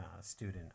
student